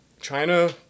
china